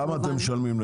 כמה אתם משלמים?